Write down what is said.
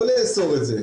לא לאסור את זה.